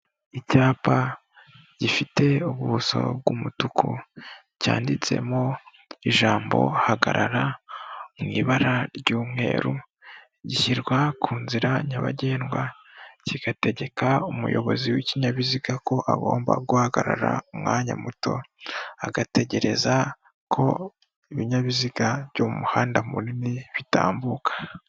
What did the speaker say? Icyapa gifite ubuso bw'umutuku, cyanditsemo ijambo hagarara, mu ibara ry'umweru, gishyirwa ku nzira nyabagendwa, kigategeka umuyobozi w'ikinyabiziga ko agomba guhagarara umwanya muto, agategereza ko ibinyabiziga byo mu muhanda munini bitambuka.